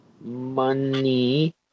Money